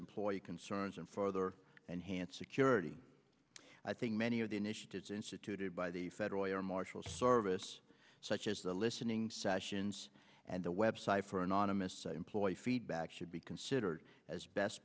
employee concerns and further enhanced security i think many of the initiatives instituted by the federal air marshal service such as the listening sessions and the website for anonymous employee feedback should be considered as best